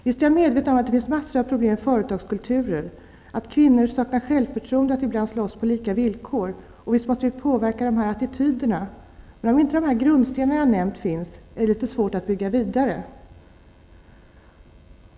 Visst är jag medveten om att det finns mängder av problem inom företagskulturer och att kvinnor många gånger saknar självförtroende för att slåss på lika villkor, och visst måste vi påverka attityderna, men om inte de grundstenar som jag nämnt finns, är det litet svårt att bygga vidare.